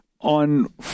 On